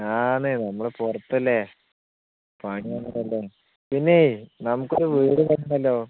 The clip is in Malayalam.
ആന്നെ നമ്മള് പുറത്തല്ലേ പണി അങ്ങനെയല്ലേ പിന്നെ നമുക്കൊരു വീട് വേണമല്ലോ